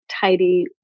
tidy